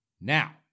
Now